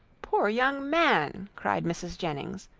poor young man! cried mrs. jennings,